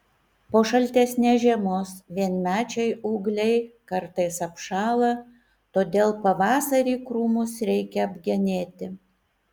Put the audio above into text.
po šaltesnės žiemos vienmečiai ūgliai kartais apšąla todėl pavasarį krūmus reikia apgenėti